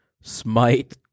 smite